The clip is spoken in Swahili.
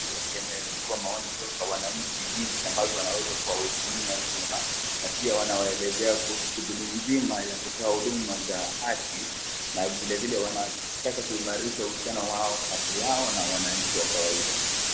Kuu ya kenya inachukua maoni kutoka kwa wananchi jinsi ambavyo wanaweza kuwahudumia vyema na pia wanawaelezea kuhusu shughuli mzima ya kutoa huduma za haki na vilevile wanataka kuimarisha uhusiano wao kati yao na wananchi wa kawaida.